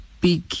big